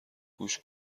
گوش